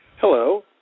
Hello